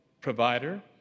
provider